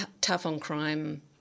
tough-on-crime